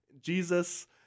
Jesus